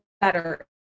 better